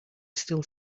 still